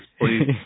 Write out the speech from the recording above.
please